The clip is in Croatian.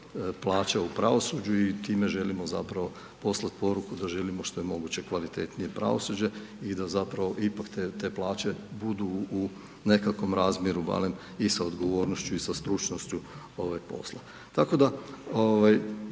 plaća u pravosuđu i time želimo zapravo poslati poruku da želimo što je moguće kvalitetnije pravosuđe i da zapravo ipak te plaće budu u nekakvom razmjeru barem i sa odgovornošću i sa stručnošću posla. Tako da